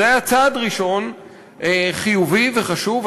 זה היה צעד ראשון חיובי וחשוב.